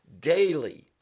daily